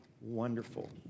wonderful